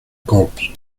corps